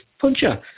puncher